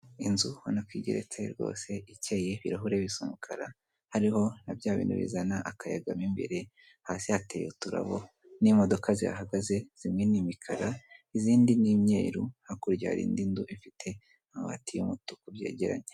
Inzu ubona ko igeretse rwose ikeye, ibirahure bisa umukara hariho na bya bintu bizana akayaga mo imbere, hasi hateye uturabo n'imodoka zihagaze zimwe n'imikara izindi ni imyeru hakurya hari indi nzu ifite amabati y'umutuku byegeranye.